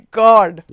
god